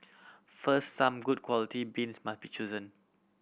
first some good quality beans must be chosen